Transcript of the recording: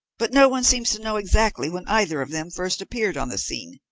but no one seems to know exactly when either of them first appeared on the scene.